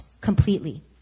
completely